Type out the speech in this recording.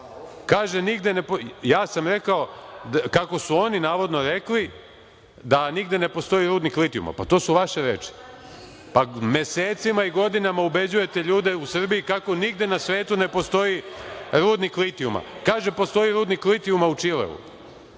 ja sam rekao, kako su oni navodno rekli, da nigde ne postoji rudnik litijuma. Pa, to su vaše reči. Mesecima i godinama ubeđujete ljude u Srbiji kako nigde na svetu ne postoji rudnik litijuma. Kaže sad - postoji rudnik litijuma u Čileu.